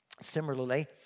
similarly